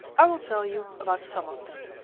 i will tell you about some of them.